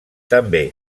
també